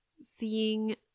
seeing